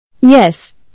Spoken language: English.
Yes